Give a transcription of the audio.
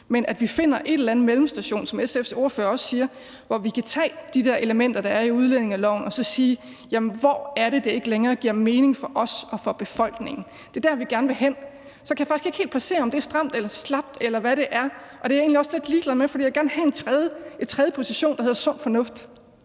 en eller anden mellemstation, som SF's ordfører også siger, hvor vi kan tage de der elementer, der er i udlændingeloven, og så spørge: Hvor er det, det ikke længere giver mening for os og for befolkningen? Det er der, vi gerne vil hen. Så kan jeg faktisk ikke helt placere, om det er stramt eller slapt, eller hvad det er, og det er jeg egentlig også lidt ligeglad med, for jeg vil gerne indtage en tredje position, hvor der råder sund fornuft.